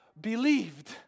believed